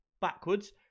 backwards